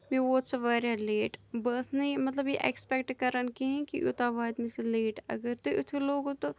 مےٚ ووت سُہ واریاہ لیٹ بہٕ ٲسٕس نہ یہِ مطلب یہِ اٮ۪کٕسپٮ۪کٹہٕ کَران کِہیٖنۍ کہِ یوٗتاہ واتہِ نہٕ سُہ لیٹ اگر تُہۍ اِتھُے لوگوُ تہٕ